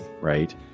right